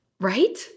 right